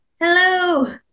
Hello